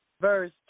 verse